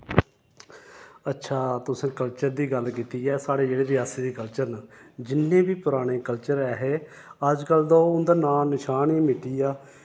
अच्छा तुस कल्चर दी गल्ल कीती ऐ साढ़े जेह्ड़े रेआसी दे कल्चर न जिन्ने बी पराने कल्चर ऐ हे अज्जकल ते ओ उं'दा नां निशान ही मिटी दा